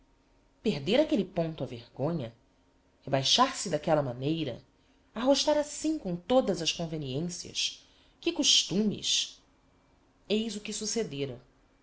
perder áquelle ponto a vergonha rebaixar se daquella maneira arrostar assim com todas as conveniencias que costumes eis o que succedera